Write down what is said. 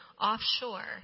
offshore